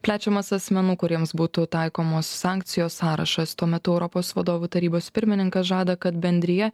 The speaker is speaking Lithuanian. plečiamas asmenų kuriems būtų taikomos sankcijos sąrašas tuo metu europos vadovų tarybos pirmininkas žada kad bendrija